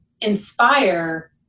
inspire